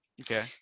Okay